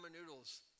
noodles